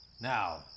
Now